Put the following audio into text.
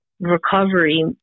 recovery